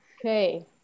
Okay